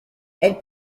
elle